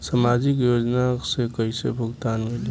सामाजिक योजना से कइसे भुगतान मिली?